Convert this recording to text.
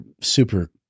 super